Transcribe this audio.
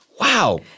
Wow